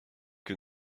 que